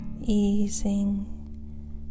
easing